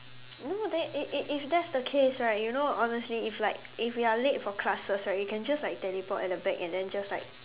no then if if if that's the case right you know honestly if like if we are late for classes right we can just like teleport at the back and then just like